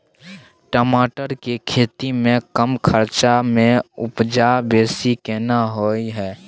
टमाटर के खेती में कम खर्च में उपजा बेसी केना होय है?